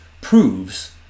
proves